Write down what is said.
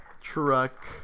Truck